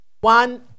one